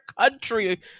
country